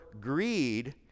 greed